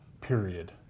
period